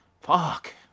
Fuck